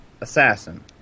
assassin